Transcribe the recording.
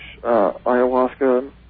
ayahuasca